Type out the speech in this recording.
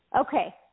okay